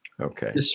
Okay